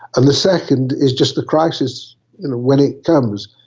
and the second is just the crisis and when it comes.